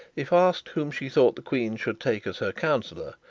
if asked whom she thought the queen should take as her counsellor,